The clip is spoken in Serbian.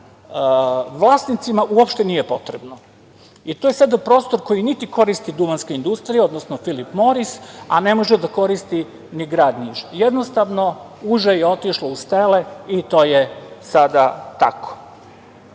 vlasnicima uopšte nije potrebno. I to je sada prostor koji niti koristi Duvanska industrija, odnosno „Filip Moris“, a ne može da koristi ni grad Niš. Jednostavno uže je otišlo uz tele i to je sada